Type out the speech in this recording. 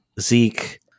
Zeke